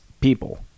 people